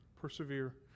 Persevere